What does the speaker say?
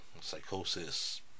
Psychosis